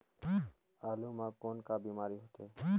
आलू म कौन का बीमारी होथे?